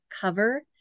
cover